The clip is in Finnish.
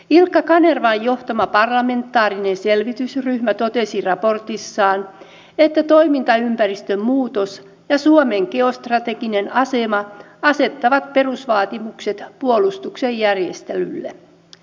ilkka kanervan johtama parlamentaarinen selvitysryhmä totesi raportissaan että toimintaympäristön muutos ja suomen geostrateginen asema asettavat perusvaatimukset puolustuksen järjestelylle